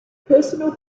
personal